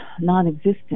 non-existent